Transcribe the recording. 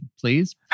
please